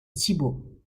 thibault